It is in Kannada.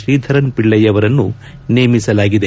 ಶ್ರೀಧರನ್ ಪಿಳ್ಲೆ ಅವರನ್ನು ನೇಮಿಸಲಾಗಿದೆ